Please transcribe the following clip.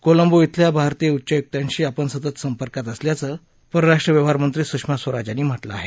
कोलंबो इथल्या भारतीय उच्चायुक्तांशी आपण सतत संपर्कात असल्याचं परराष्ट्र व्यवहारमंत्री सुषमा स्वराज यांनी म्हटलं आहे